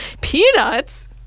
Peanuts